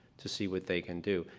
to see what they can do.